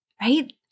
right